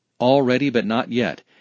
Already-but-not-yet